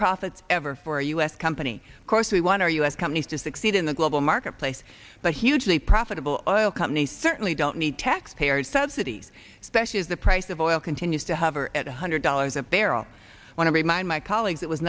profits ever for a u s company of course we want our u s companies to succeed in the global marketplace but hugely profitable companies certainly don't need taxpayer subsidies especially as the price of oil continues to hover at one hundred dollars a barrel want to remind my colleagues it was